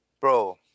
Bro